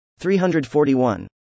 341